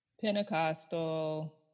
Pentecostal